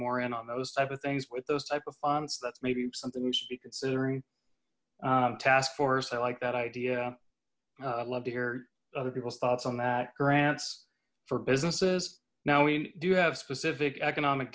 more in on those type of things with those type of funds that's maybe something we should be considering task force i like that idea i'd love to hear other people's thoughts on that grants for businesses now we do have specific economic